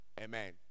Amen